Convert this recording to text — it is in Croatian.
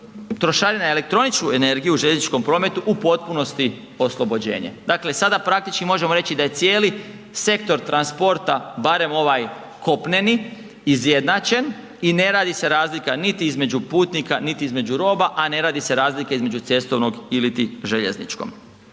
trošarina za elektroničku energiju u željezničkom prometu u potpunosti oslobođenje, dakle sada praktički možemo reći da je cijeli sektor transporta, barem ovaj kopneni izjednačen i ne radi se razlika niti između putnika, niti između roba, a ne radi se razlika između cestovnog iliti željezničkom.